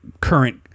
current